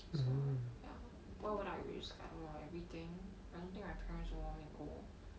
so ya what would I wish I will everything I don't think my parents will allow me to go